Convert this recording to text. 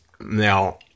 now